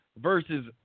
versus